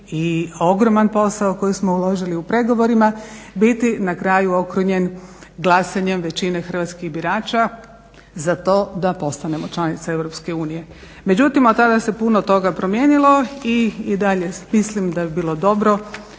i ogroman posao koji smo uložili u pregovorima biti na kraju okrunjen glasanjem većine hrvatskih birača za to da postanemo članica EU. Međutim od tada se puno toga promijenilo i dalje mislim da bi bilo dobro